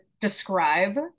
describe